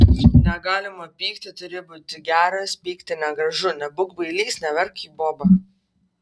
negalima pykti turi būti geras pykti negražu nebūk bailys neverk kaip boba